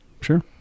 Sure